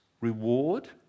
reward